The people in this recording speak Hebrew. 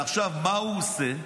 ועכשיו, מה הוא עושה?